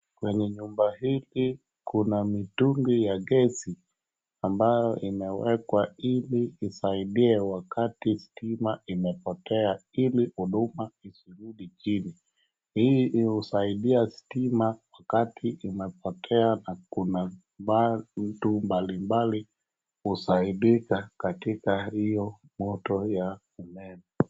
Kwenye nyumba hii kuna mitungi ya gesi, ambayo imewekwa ili isaidie wakati stima imepotea, ili huduma isirudi chini. Hii inasaidia stima wakati imepotea, na kuna baadhi tu mbalimbali kusaidika katika hiyo moto ya ameni.